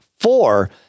four